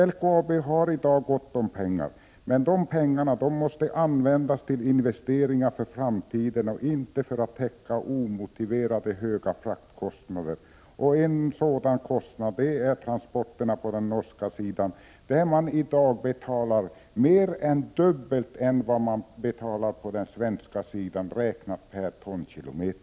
LKAB har i dag gott om pengar, men de pengarna måste användas till investeringar för framtiden och inte för att täcka omotiverat höga fraktkostnader. En sådan kostnad är för transporterna på den norska sidan, där man i dag betalar mer än dubbelt jämfört med vad man betalar på den svenska sidan, räknat per tonkilometer.